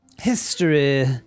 History